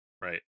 Right